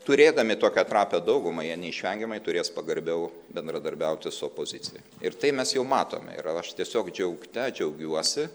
turėdami tokią trapią daugumą jie neišvengiamai turės pagarbiau bendradarbiauti su opozicija ir tai mes jau matome ir aš tiesiog džiaugte džiaugiuosi